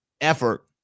effort